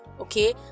okay